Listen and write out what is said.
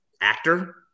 actor